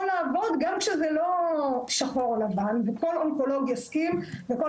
לעבוד גם כשזה לא שחור או לבן וכל אונקולוג יסכים וכל